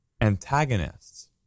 antagonists